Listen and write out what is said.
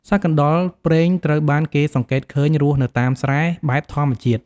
សត្វកណ្តុរព្រែងត្រូវបានគេសង្កេតឃើញរស់នៅតាមស្រែ បែបធម្មជាតិ។